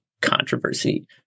controversy